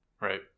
Right